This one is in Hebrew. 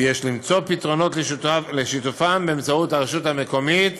ויש למצוא פתרונות לשיתופם באמצעות הרשות המקומית